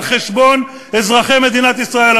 על חשבון אזרחי מדינת ישראל,